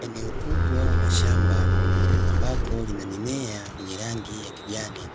Eneo kubwa la shamba ambako lina mimea yenye rangi ya kijani,